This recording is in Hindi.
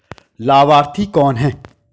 लाभार्थी कौन है?